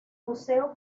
museo